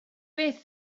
beth